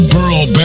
Burl